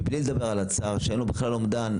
בלי לדבר על הצער שאין לו בכלל אומדן.